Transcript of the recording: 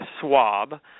swab